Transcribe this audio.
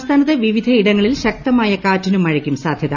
സംസ്ഥാനത്ത് വിവിധയിടങ്ങളിൽ ശക്തമായ കാറ്റിനും മഴയ്ക്കും സാധൃത